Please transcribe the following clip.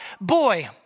boy